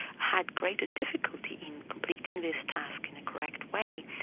had greater difficulty in completing this task in a correct way,